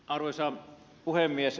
arvoisa puhemies